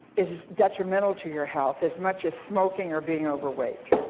is detrimental to your health, as much as smoking or being overweight.